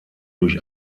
durch